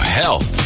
health